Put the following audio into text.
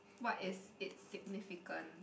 what is it's significance